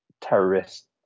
terrorist